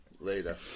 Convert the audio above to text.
later